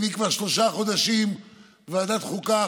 אני כבר שלושה חודשים בוועדת החוקה,